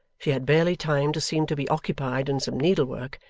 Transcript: she had barely time to seem to be occupied in some needle-work,